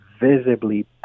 visibly